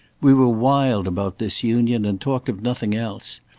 we were wild about disunion and talked of nothing else.